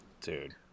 Dude